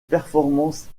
performances